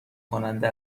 کننده